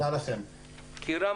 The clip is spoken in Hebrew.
כיראם